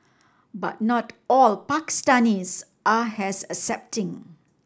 but not all Pakistanis are as accepting